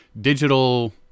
digital